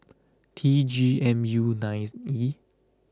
T G M U nine E